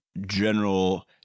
general